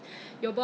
from the face ah